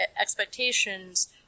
Expectations